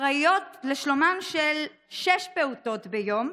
אחראיות לשלומם של שישה פעוטות ביום,